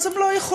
אז הם לא יכולים,